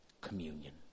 communion